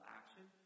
action